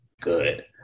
good